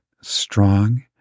strong